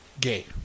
gay